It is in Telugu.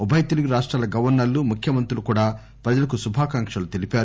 ఉభయ తెలుగు రాష్టాల గవర్నర్లు ముఖ్యమంత్రులు కూడా ప్రజలకు శుభాకాంకలు తెలిపారు